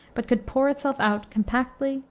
but could pour itself out compactly,